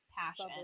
passion